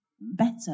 better